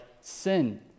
sin